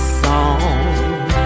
song